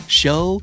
show